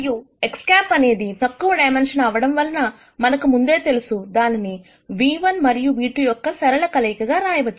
మరియు X̂ అనేది తక్కువ డైమన్షన్ అవ్వడం వల్ల మనకు ముందే తెలుసు దానిని v1 మరియు v2 యొక్క ఒక సరళ కలయికగా రాయవచ్చు